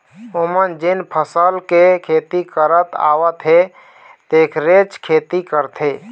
ओमन जेन फसल के खेती करत आवत हे तेखरेच खेती करथे